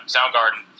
Soundgarden